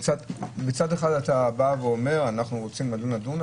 מצד אחד אתה אומר אנחנו רוצים לדון,